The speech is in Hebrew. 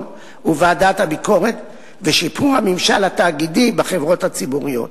וועדת הביקורת ושיפור הממשל התאגידי בחברות הציבוריות.